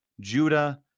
Judah